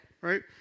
Right